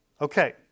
Okay